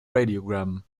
radiogram